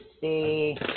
see